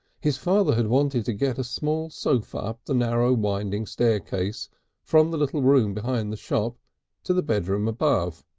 his father had wanted to get a small sofa up the narrow winding staircase from the little room behind the shop to the bedroom above,